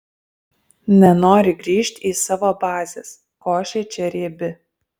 nenori grįžt į savo bazes košė čia riebi